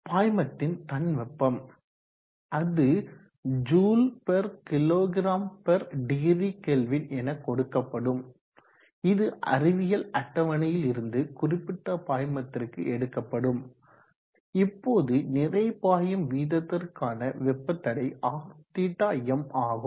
பாய்மத்தின் தன் வெப்பம் அது Jkg0K என கொடுக்கப்படும் இது அறிவியல் அட்டவணையில் இருந்து குறிப்பிட்ட பாய்மத்திற்கு எடுக்கப்படும் இப்போது நிறை பாயும் வீதத்திற்கான வெப்ப தடை Rθm ஆகும்